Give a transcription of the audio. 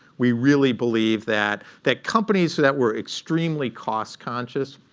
we really believe that that companies that were extremely cost-conscious,